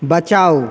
बचाउ